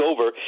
over